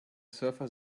surfer